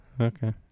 Okay